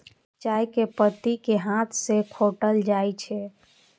चाय के पत्ती कें हाथ सं खोंटल जाइ छै